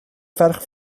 ferch